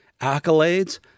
accolades